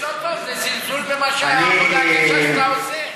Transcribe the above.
זה לא, זה זלזול בעבודה הקשה שאתה עושה.